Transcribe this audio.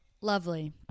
Lovely